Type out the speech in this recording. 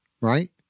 right